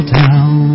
down